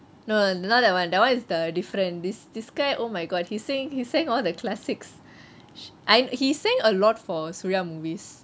no not that one that one is the different this this guy oh my god he sing he sang all the classics I~ he sang a lot for surya movies